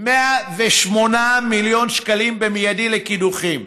108 מיליון שקלים במיידי לקידוחים.